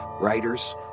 writers